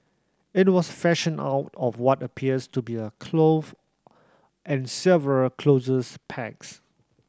it was fashioned out of what appears to be a glove and several clothes pegs